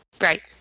Right